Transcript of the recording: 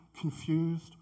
confused